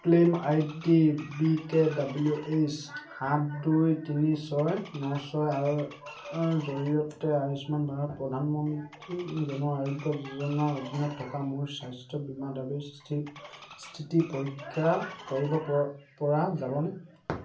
claim I D B K W H সাত দুই তিনি ছয় ন ছয়ৰ জৰিয়তে আয়ুষ্মান ভাৰত প্ৰধানমন্ত্ৰী জন আৰোগ্য যোজনাৰ অধীনত থকা মোৰ স্বাস্থ্য বীমা দাবীৰ স্থিতি স্থিতি পৰীক্ষা কৰিবপৰা যাবনে